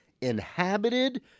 inhabited